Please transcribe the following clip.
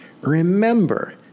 Remember